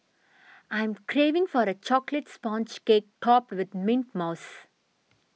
I'm craving for a Chocolate Sponge Cake Topped with Mint Mousse